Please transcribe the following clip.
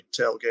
tailgate